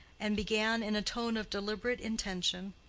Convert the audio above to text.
and began in a tone of deliberate intention,